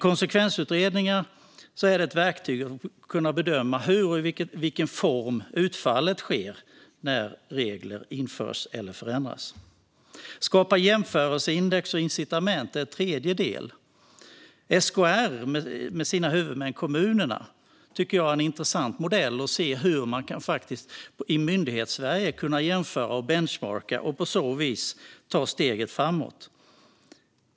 Konsekvensutredningen är ett verktyg för att kunna bedöma hur och i vilken form utfallet sker när regler införs eller förändras. Den tredje handlar om att skapa jämförelseindex och incitament. SKR med sina huvudmän kommunerna tycker jag är en intressant modell för att se hur man i Myndighetssverige faktiskt kan jämföra och benchmarka och på så vis ta steg framåt.